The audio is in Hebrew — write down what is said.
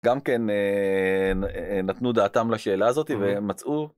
גם כן, נתנו דעתם לשאלה הזאתי, ומצאו.